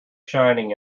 shining